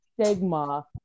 stigma